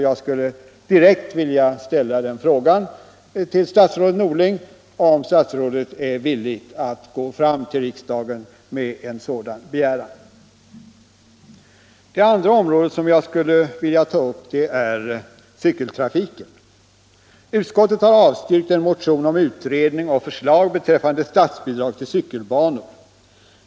Jag skulle direkt vilja fråga statsrådet Norling, om —- han är villig att gå fram till riksdagen med en sådan begäran. Anslag till vägväsen Det andra område som jag skulle vilja ta upp är cykeltrafiken. Utskottet — det, m.m. har avstyrkt en motion om utredning och förslag beträffande statsbidrag till cykelbanor.